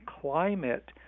climate